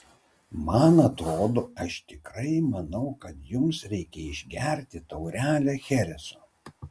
man atrodo aš tikrai manau kad jums reikia išgerti taurelę chereso